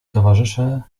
towarzysze